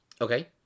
Okay